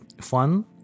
fun